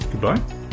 goodbye